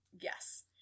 Yes